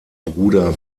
bruder